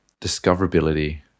discoverability